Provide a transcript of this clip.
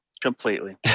Completely